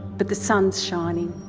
but the sun is shining.